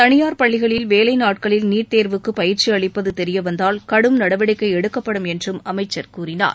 தனியார் பள்ளிகளில் வேலைநாட்களில் நீட் தேர்வுக்கு பயிற்சி அளிப்பது தெரியவந்தால் கடும் நடவடிக்கை எடுக்கப்படும் என்றும் அமைச்சர் கூறினார்